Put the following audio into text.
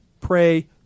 Pray